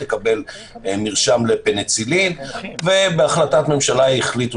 תקבל מרשם לפניצילין ובהחלטת ממשלה יחליטו